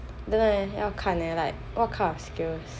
don't know leh 要看 leh like what kind of skills